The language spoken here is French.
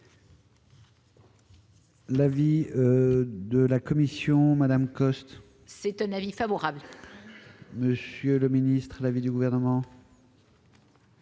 L'avis de la commission Madame Coste. C'est un avis favorable. Monsieur le Ministre, l'avis du gouvernement.